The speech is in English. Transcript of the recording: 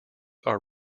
are